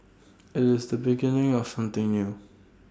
IT is the beginning of something new